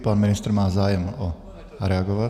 Pan ministr má zájem o to reagovat.